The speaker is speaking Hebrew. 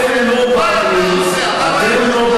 ואתה, מה אתה עושה?